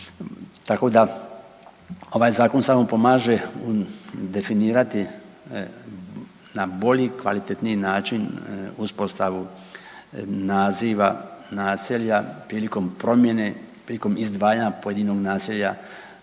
Tako da ovaj zakon samo pomaže definirati na bolji i kvalitetniji način uspostavu naziva naselja prilikom promjene i prilikom izdvajanja pojedinog naselja